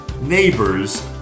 neighbors